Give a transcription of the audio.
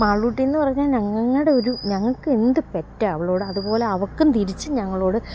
മാളൂട്ടിന്ന് പറഞ്ഞാള് ഞങ്ങളുടെ ഒരു ഞങ്ങള്ക്ക് എന്ത് പെറ്റാണ് അവളോട് അതുപോലെ അവള്ക്കും തിരിച്ച് ഞങ്ങളോട്